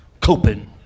Coping